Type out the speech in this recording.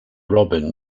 robin